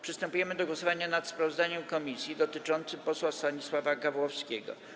Przystępujemy do głosowania nad sprawozdaniem komisji dotyczącym posła Stanisława Gawłowskiego.